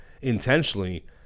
intentionally